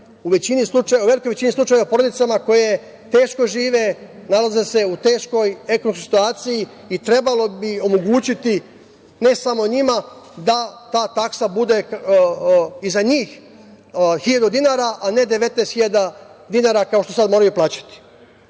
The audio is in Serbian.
u velikom većini slučajeva o porodicama koje teško žive, nalaze se u teškoj ekonomskoj situaciji i trebalo bi omogućiti, ne samo njima, da ta taksa bude i za njih 1.000 dinara, a ne 19.000 dinara kao što sad moraju plaćati. Poseban